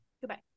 Goodbye